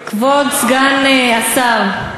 כבוד סגן השר,